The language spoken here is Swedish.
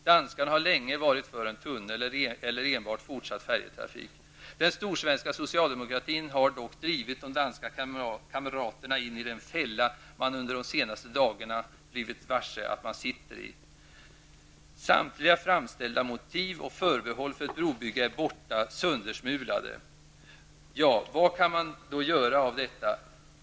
Danskarna har länge varit för en tunnel eller enbart fortsatt färjetrafik. Den storsvenska socialdemokratin har dock drivit de danska kamraterna in i den fälla man under de senaste dagarna blivit varse att man sitter i. Samtliga framställda motiv och förbehåll för ett brobygge är borta -- söndersmulade. Ja, vad kan man då göra?